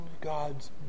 God's